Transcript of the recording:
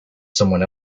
someone